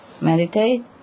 meditate